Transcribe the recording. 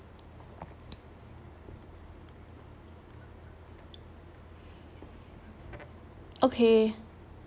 okay